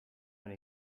when